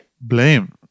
blame